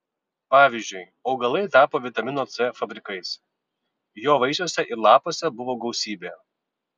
pavyzdžiui augalai tapo vitamino c fabrikais jo vaisiuose ir lapuose buvo gausybė